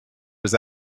was